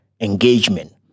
engagement